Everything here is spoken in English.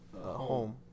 home